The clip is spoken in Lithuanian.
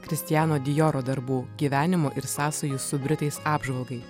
kristiano dijoro darbų gyvenimo ir sąsajų su britais apžvalgai